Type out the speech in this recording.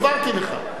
הסברתי לך,